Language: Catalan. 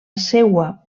seua